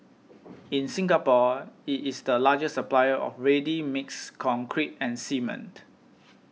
in Singapore it is the largest supplier of ready mixed concrete and cement